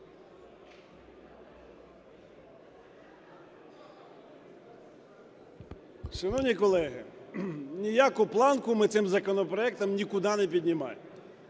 Шановні колеги, ніяку планку ми цим законопроектом нікуди не піднімаємо.